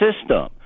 system